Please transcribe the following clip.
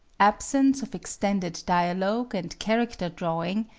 absence of extended dialogue and character drawing,